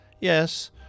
Yes